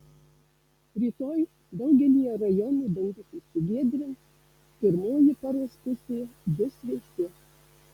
rytoj daugelyje rajonų dangus išsigiedrins pirmoji paros pusė bus vėsi